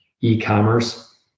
E-commerce